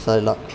सरिलौ